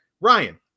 Ryan